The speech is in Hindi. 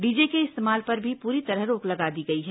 डीजे के इस्तेमाल पर भी पूरी तरह रोक लगा दी गई है